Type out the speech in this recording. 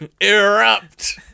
erupt